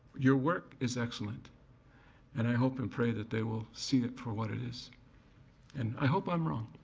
your work is excellent and i hope and pray that they will see it for what it is and i hope i'm wrong.